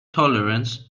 tolerance